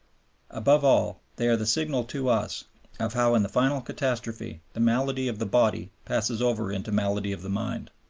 above all, they are the signal to us of how in the final catastrophe the malady of the body passes over into malady of the mind.